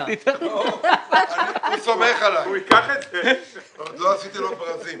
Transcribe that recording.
הדיון הזה מרתק והוא מאוד חשוב אבל לא שמעתי בו דבר אחד